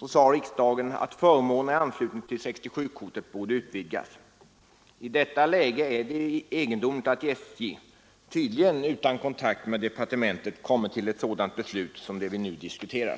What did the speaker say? nr 1 att förmånerna i anslutning till 67-kortet borde utvidgas. I det läget är det egendomligt att SJ, tydligen utan kontakt med departementet, kommer till ett sådant beslut som det vi nu diskuterar.